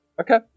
Okay